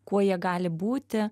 kuo jie gali būti